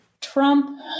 Trump